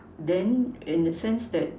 then in the sense that